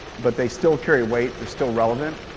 but they still carry weight, they're still relevant.